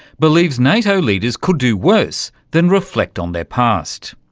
believes nato leaders could do worse than reflect on their past.